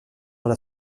dans